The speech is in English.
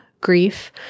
grief